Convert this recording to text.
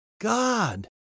God